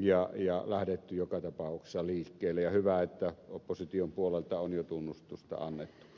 ja on lähdetty joka tapauksessa liikkeelle ja hyvä että opposition puolelta on jo tunnustusta annettu